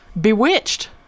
Bewitched